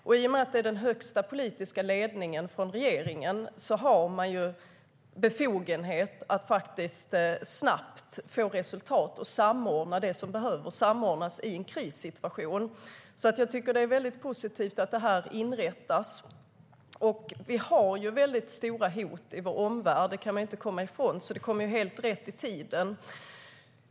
I och med att det är den högsta politiska ledningen från regeringen har man befogenhet att faktiskt snabbt få resultat och samordna det som behöver samordnas i en krissituation. Jag tycker att det är väldigt positivt att det här har inrättats. Vi har väldigt stora hot i vår omvärld - det kan man inte komma ifrån. Detta kommer alltså helt rätt i tiden.